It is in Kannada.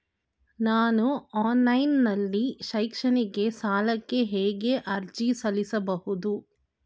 ನಾನು ಆನ್ಲೈನ್ ನಲ್ಲಿ ಶೈಕ್ಷಣಿಕ ಸಾಲಕ್ಕೆ ಹೇಗೆ ಅರ್ಜಿ ಸಲ್ಲಿಸಬಹುದು?